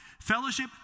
Fellowship